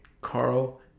Carl